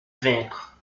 vaincre